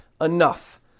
enough